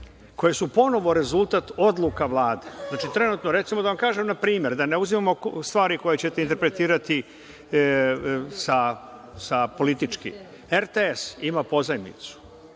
koje su ponovo rezultat odluka Vlade. Znači, trenutno, da vam kažem primer, da ne uzimamo stvari koje ćete interpretirati politički. RTS ima pozajmicu